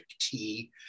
tea